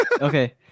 Okay